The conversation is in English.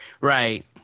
Right